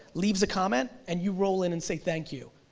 leaves a comment, and you roll in and say thank you.